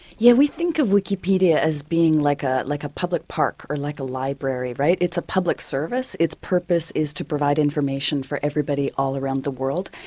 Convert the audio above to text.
yeah, we think of wikipedia as being like ah like a public park, or like a library, right? it's a public service. its purpose is to provide information for everybody all around the world,